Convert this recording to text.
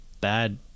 bad